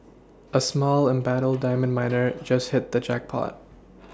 a small embattled diamond miner just hit the jackpot